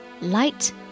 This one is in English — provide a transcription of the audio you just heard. light